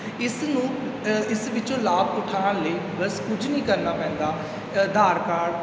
ਇਸ ਨੂੰ ਅ ਇਸ ਵਿੱਚੋਂ ਲਾਭ ਉਠਾਉਣ ਲਈ ਬਸ ਕੁਝ ਨਹੀਂ ਕਰਨਾ ਪੈਂਦਾ ਆਧਾਰ ਕਾਰਡ